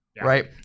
Right